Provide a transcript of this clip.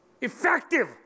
effective